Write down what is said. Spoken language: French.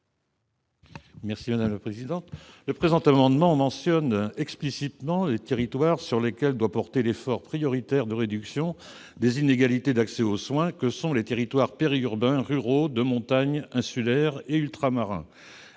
Jean-Marie Morisset. Il s'agit de mentionner explicitement dans la loi les territoires sur lesquels doit porter l'effort prioritaire de réduction des inégalités d'accès aux soins, que sont les territoires périurbains, ruraux, de montagne, insulaires et ultramarins.